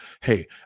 hey